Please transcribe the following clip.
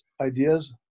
ideas